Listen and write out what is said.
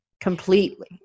completely